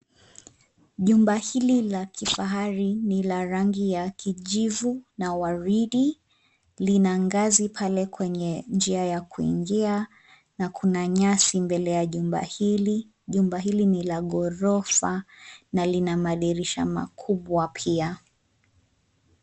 Jumba hili la kifahari ni la rangi ya kijivu na waridi. Lina ngazi pale kwenye njia ya kuingia na kuna nyasi mbele ya jumba hili. Jumba hili ni ila gorofa na lina madirisha makubwa pia.